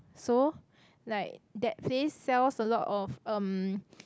so like that place sells a lot of um